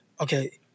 okay